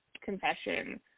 confession